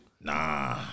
Nah